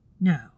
No